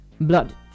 blood